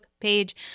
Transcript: page